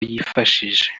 yifashije